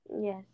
Yes